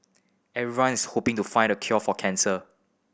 everyone is hoping to find the cure for cancer